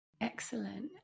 Excellent